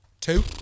two